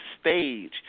stage